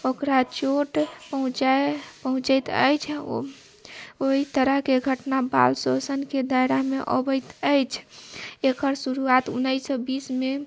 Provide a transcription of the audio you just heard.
ओकरा चोट पहुँचाए पहुँचैत अछि ओ ओहि तरहके घटना बाल शोषणके दायरामे अबैत अछि एकर शुरुआत उन्नैस सए बीस मे